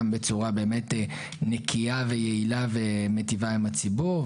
גם בצורה באמת נקייה ויעילה ומיטיבה עם הציבור.